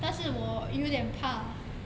但是我有点怕